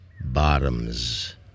Bottoms